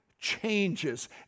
changes